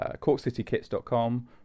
CorkCityKits.com